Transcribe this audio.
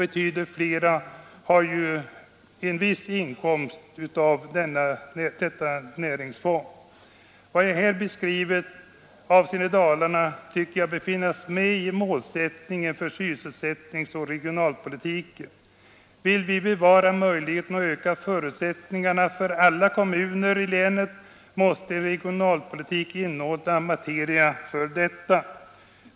Betydligt fler har en viss inkomst av detta näringsfång. Vad jag här beskrivit avseende Dalarna tycker jag bör finnas med i målsättningen för sysselsättningsoch regionalpolitiken. Vill vi bevara och öka förutsättningarna för alla kommuner i länet måste en regionalpolitik innehålla materia för detta.